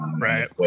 Right